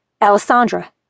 Alessandra